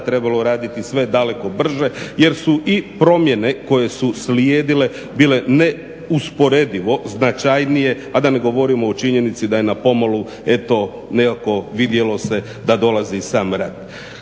trebalo raditi sve daleko brže jer su i promjene koje su slijedile bile neusporedivo značajnije a da ne govorimo o činjenici da je na pomolu eto nekakvo vidjelo se da dolazi sam rat.